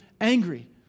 angry